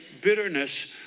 bitterness